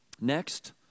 Next